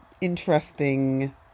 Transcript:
interesting